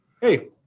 hey